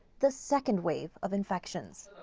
the second wave of infections.